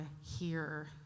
hear